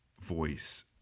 voice